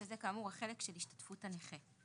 שזה כאמור החלק של השתתפות הנכה.